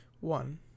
One